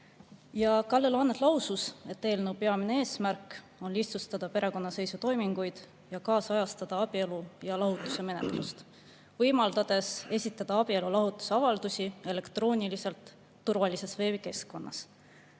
Kalle Laanet lausus, et eelnõu peamine eesmärk on lihtsustada perekonnaseisutoiminguid ning kaasajastada abielu‑ ja lahutusmenetlust, võimaldades esitada abielu‑ ja lahutusavaldusi elektrooniliselt, turvalises veebikeskkonnas. Kuna